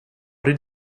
did